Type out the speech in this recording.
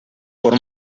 por